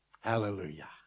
Hallelujah